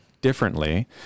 differently